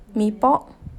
mee pok